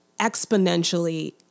exponentially